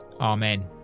Amen